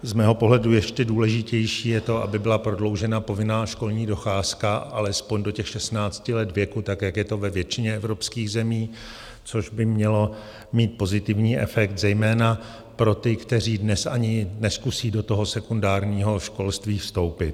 Z mého pohledu ještě důležitější je to, aby byla prodloužena povinná školní docházka alespoň do 16 let věku, jak je to ve většině evropských zemí, což by mělo mít pozitivní efekt zejména pro ty, kteří dnes ani nezkusí do sekundárního školství vstoupit.